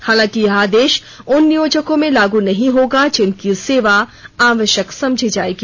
हालांकि यह आदेश उन नियोजकों में नहीं लागू होगा जिनकी सेवा आवश्यक समझी जायेगी